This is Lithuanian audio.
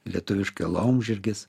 lietuviškai laumžirgis